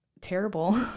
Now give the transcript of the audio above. terrible